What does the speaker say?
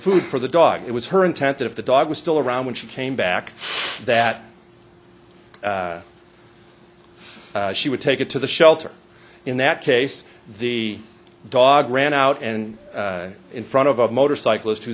food for the dog it was her intent that if the dog was still around when she came back that she would take it to the shelter in that case the dog ran out and in front of a motorcyclist who